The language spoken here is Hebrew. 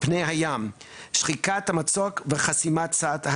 פני הים, שחיקת המצוק וחסימתו.